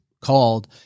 called